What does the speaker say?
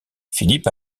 philippe